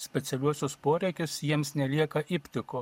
specialiuosius poreikius jiems nelieka iptiko